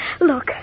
Look